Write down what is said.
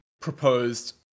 proposed